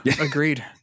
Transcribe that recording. agreed